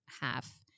half